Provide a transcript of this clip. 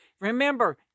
Remember